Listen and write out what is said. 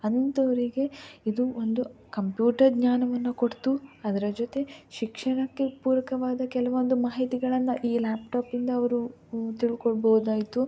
ಅಂಥವರಿಗೆ ಇದು ಒಂದು ಕಂಪ್ಯೂಟರ್ ಜ್ಞಾನವನ್ನು ಕೊಡ್ತು ಅದರ ಜೊತೆ ಶಿಕ್ಷಣಕ್ಕೆ ಪೂರಕವಾದ ಕೆಲವೊಂದು ಮಾಹಿತಿಗಳನ್ನು ಈ ಲ್ಯಾಪ್ಟಾಪಿಂದ ಅವರು ತಿಳ್ಕೊಳ್ಬೋದಾಯಿತು